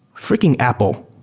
freaking apple.